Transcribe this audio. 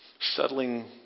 settling